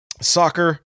soccer